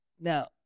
Now